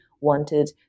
wanted